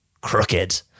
crooked